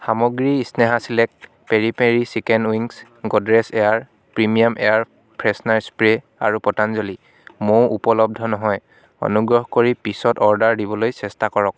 সামগ্ৰী ইস্নেহা চিলেক peri peri chicken wings Godrej air premium air freshener spray আৰু পতাঞ্জলী মৌ উপলব্ধ নহয় অনুগ্ৰহ কৰি পিছত অৰ্ডাৰ দিবলৈ চেষ্টা কৰক